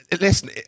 Listen